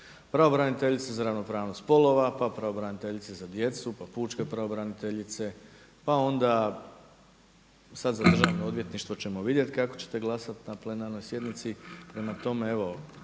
pravobraniteljice za ravnopravnost spolova, pa pravobraniteljice za djecu, pa pučke pravobraniteljice, pa onda sada za Državno odvjetništvo ćemo vidjeti kako ćete glasati na plenarnoj sjednici. Prema tome, evo